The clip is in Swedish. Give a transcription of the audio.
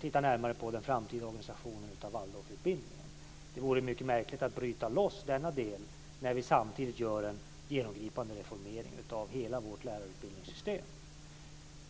tittar närmare på den framtida organisationen av Waldorfutbildningen. Det vore mycket märkligt att bryta loss denna del när vi samtidigt gör en genomgripande reformering av hela vårt lärarutbildningssystem.